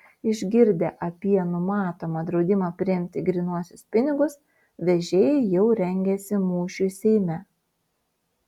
išgirdę apie numatomą draudimą priimti grynuosius pinigus vežėjai jau rengiasi mūšiui seime